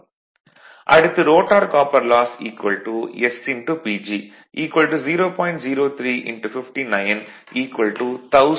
அடுத்து rotor copper loss sPG 0